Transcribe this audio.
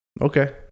Okay